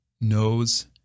knows